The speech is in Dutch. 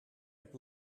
heb